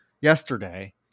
yesterday